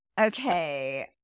Okay